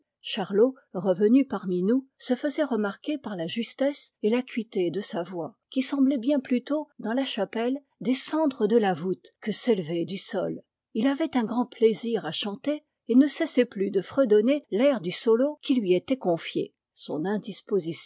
charlot revenu parmi nous se faisait remarquer par la justesse et l'acuité de sa voix qui semblait bien plutôt dans la chapelle descendre de la voûte que s'élever du sol il avait un grand plaisir à chanter et ne cessait plus de fredonner l'air du solo qui lui était confié son